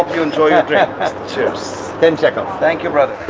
you enjoy your drink. cheers. ten shekels. thank you, brother.